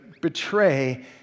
betray